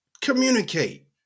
communicate